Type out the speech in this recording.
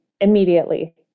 immediately